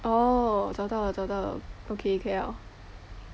oh 找到了找到了 okay 可以了